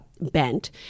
bent